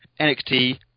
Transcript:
NXT